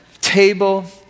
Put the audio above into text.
table